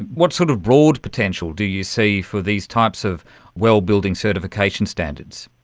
what sort of broad potential do you see for these types of well building certification standards?